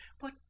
But